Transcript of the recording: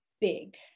big